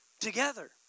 together